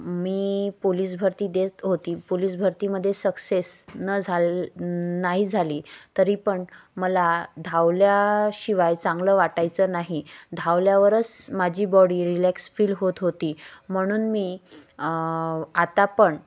मी police भरती देत होती पोलस भरतीमध्येे सक्सेस न झाल नाही झाली तरी पण मला धावल्याशिवाय चांगलं वाटायचं नाही धावल्यावरच माझी बॉडी रिलेॅक्स फील होत होती म्हणून मी आता पण